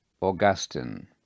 Augustine